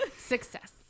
Success